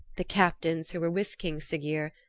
the captains who were with king siggeir,